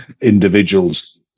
individuals